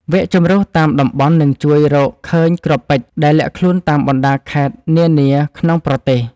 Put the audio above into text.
វគ្គជម្រុះតាមតំបន់នឹងជួយរកឃើញគ្រាប់ពេជ្រដែលលាក់ខ្លួនតាមបណ្ដាខេត្តនានាក្នុងប្រទេស។